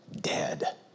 dead